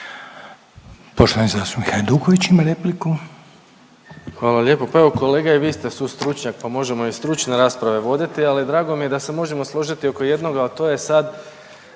Domagoj (Socijaldemokrati)** Hvala lijepo. Pa evo kolega i vi ste sustručnjak pa možemo i stručne rasprave voditi, ali drago mi je da se možemo složiti oko jednoga, a to je sad